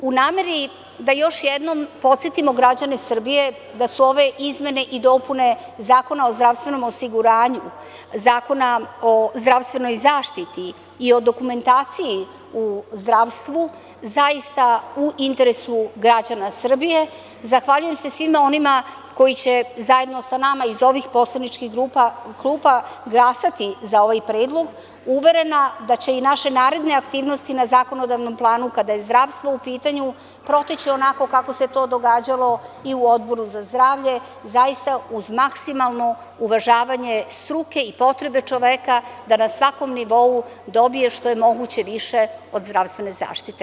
U nameri da još jednom podsetimo građane Srbije da su ove izmene i dopune Zakona o zdravstvenom osiguranju, Zakona o zdravstvenoj zaštiti i o dokumentaciji u zdravstvu, zaista u interesu građana Srbije, zahvaljujem se svima onima koji će zajedno sa nama iz ovih poslaničkih klupa glasati za ovaj predlog, uverena da će i naše naredne aktivnosti na zakonodavnom planu kada je zdravstvo u pitanju proteći onako kako se to događalo i u Odboru za zdravlje, zaista uz maksimalno uvažavanje struke i potrebe čoveka da na svakom nivou dobije što je moguće više od zdravstvene zaštite.